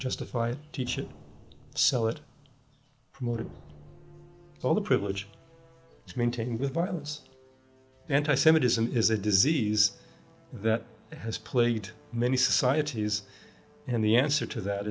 justify a teacher so it promoted all the privilege to maintain with violence and i semitism is a disease that has plagued many societies and the answer to that